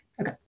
okay